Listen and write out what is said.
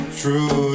true